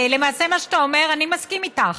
למעשה מה שאתה אומר: אני מסכים איתך.